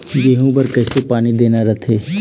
गेहूं बर कइसे पानी देना रथे?